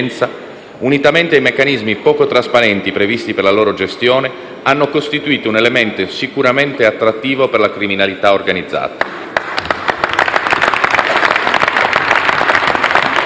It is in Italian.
unitamente ai meccanismi poco trasparenti previsti per la loro gestione, hanno costituito un elemento sicuramente attrattivo per la criminalità organizzata.